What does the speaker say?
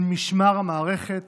על משמר המערכת